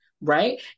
right